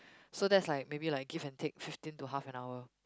so that's like maybe like give and take fifteen to half an hour